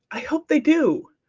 i hope they do.